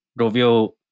Rovio